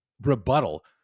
rebuttal